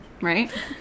right